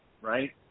right